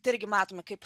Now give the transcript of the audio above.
tai irgi matom kaip